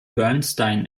bernstein